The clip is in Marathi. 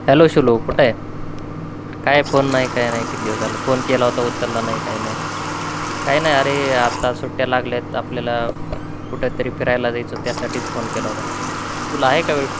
हॅलो शुलू कुठे आहे अरे काय फोन नाही काय नाही किती दिवस झालं फोन केला होता उचलला नाही काही नाही काय नाही अरे आता सुट्ट्या लागल्या आहेत आपल्याला कुठेतरी फिरायला जायचं त्यासाठीच फोन केला होता तुला आहे का वेळ